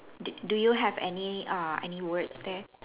do do you have any uh any words there